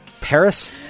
Paris